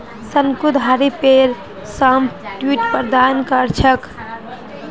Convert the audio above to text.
शंकुधारी पेड़ सॉफ्टवुड प्रदान कर छेक